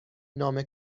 نام